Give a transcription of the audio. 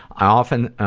i often